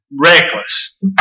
reckless